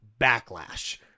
backlash